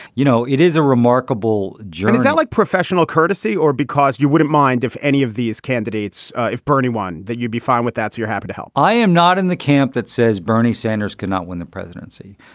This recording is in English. you know, it is a remarkable journey that like professional courtesy or because you wouldn't mind if any of these candidates if bernie won that you'd be fine with that. so you're happy to help? i am not in the camp that says bernie sanders cannot win the presidency.